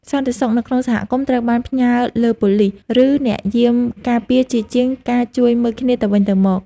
សន្តិសុខនៅក្នុងសហគមន៍ត្រូវបានផ្ញើលើប៉ូលីស ឬអ្នកយាមការពារជាជាងការជួយមើលគ្នាទៅវិញទៅមក។